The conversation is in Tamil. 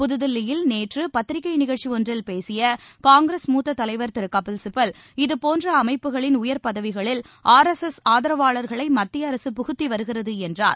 புதுதில்லியில் நேற்றுபத்திரிகைநிகழ்ச்சிஒன்றில் பேசியகாங்கிரஸ் மூத்தத் தலைவர் திருகபில்சிபல் இதுபோன்றஅமைப்புகளின் பதவிகளில் உயர் ஆர்எஸ்எஸ் ஆதரவாளர்களைமத்தியஅரசு புகுத்திவருகிறதுஎன்றார்